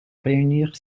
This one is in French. réunir